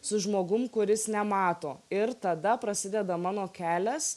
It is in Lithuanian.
su žmogum kuris nemato ir tada prasideda mano kelias